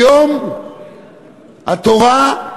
היום התורה,